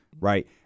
right